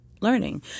learning